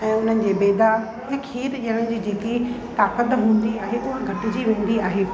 ऐं उन्हनि जे बेदा ऐं खीर ॾियण जी जेकी ताक़त हूंदी आहे उहा घटिजी वेंदी आहे